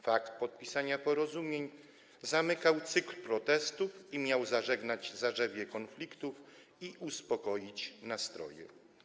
Fakt podpisania porozumień zamykał cykl protestów i miał zażegnać konflikt i uspokoić nastroje.